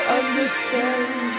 understand